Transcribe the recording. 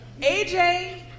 AJ